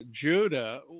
Judah